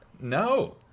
No